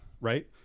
right